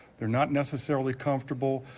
they are not necessarily comfortable.